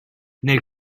nel